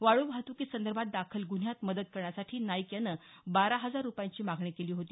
वाळू वाहतुकीसंदर्भात दाखल गुन्ह्यात मदत करण्यासाठी नाईक यानं बारा हजार रूपयांची मागणी केली होती